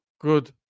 good